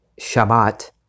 Shabbat